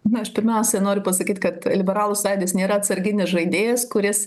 na aš pirmiausiai noriu pasakyt kad liberalų sąjūdis nėra atsarginis žaidėjas kuris